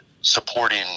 supporting